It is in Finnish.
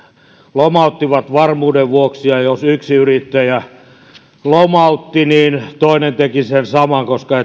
lomauttivat varmuuden vuoksi ja ja jos yksi yrittäjä lomautti niin toinen teki sen saman koska